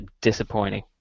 disappointing